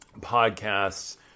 podcasts